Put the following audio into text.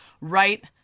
right